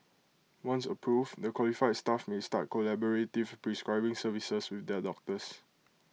once approved the qualified staff may start collaborative prescribing services with their doctors